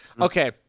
Okay